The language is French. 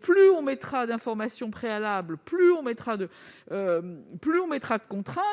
Plus on prévoira d'informations préalables, plus on mettra de contraintes,